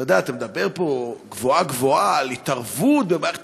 אתה מדבר פה גבוהה-גבוהה על התערבות במערכת